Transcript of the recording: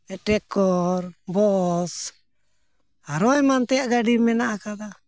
ᱴᱮᱠᱟᱨ bus ᱟᱨᱚ ᱮᱢᱟᱱ ᱛᱮᱭᱟᱜ ᱜᱟᱹᱰᱤ ᱢᱮᱱᱟᱜ ᱟᱠᱟᱫᱟ